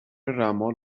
رمال